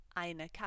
eine